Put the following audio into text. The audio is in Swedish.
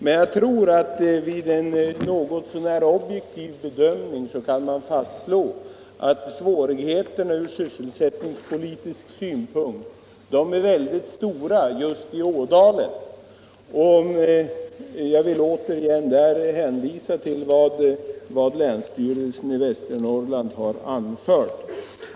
men jag tror ändå att man vid en något så när objektiv bedömning kan fastslå att svårigheterna är synnerligen stora ur sysselsättningspolitisk synpunkt just i Ådalen. Därvidlag vill jag återigen hänvisa till vad länsstyrelsen i Västernorrland har anfört.